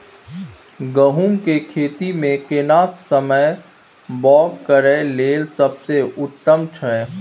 गहूम के खेती मे केना समय बौग करय लेल सबसे उत्तम छै?